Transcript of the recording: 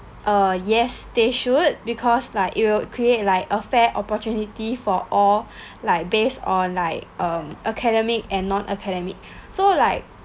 uh yes they should because like it will create like a fair opportunity for all like based on like um academic and non-academic so like